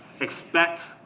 expect